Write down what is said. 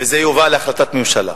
וזה יובא להחלטת ממשלה.